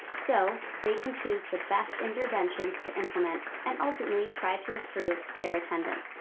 so they can choose the best interventions to implement and ultimately try to improve their attendance.